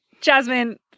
Jasmine